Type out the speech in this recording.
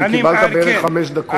וקיבלת בערך חמש דקות.